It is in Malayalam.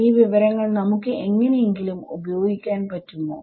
ഈ വിവരങ്ങൾ നമുക്ക് എങ്ങനെയെങ്കിലും ഉപയോഗിക്കാൻ പറ്റുമോ